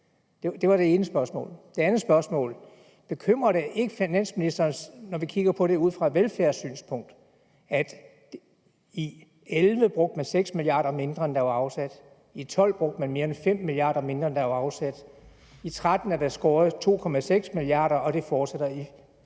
Det var det ene spørgsmål. Det andet spørgsmål er: Bekymrer det ikke finansministeren, når vi kigger på det ud fra et velfærdssynspunkt, at man i 2011 brugte 6 mia. kr. mindre, end der var afsat, i 2012 brugte man mere end 5 mia. kr. mindre, end der var afsat, i 2013 er der skåret 2,6 mia. kr., og det fortsætter i